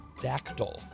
Dactyl